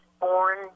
born